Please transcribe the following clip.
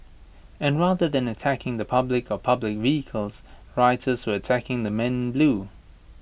and rather than attacking the public or public vehicles rioters were attacking the men blue